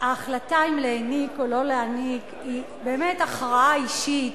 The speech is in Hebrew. שההחלטה אם להיניק או להיניק היא באמת הכרעה אישית,